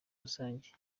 rusange